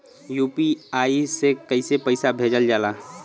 UPI से कइसे पैसा भेजल जाला?